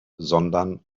sondern